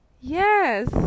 yes